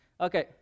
okay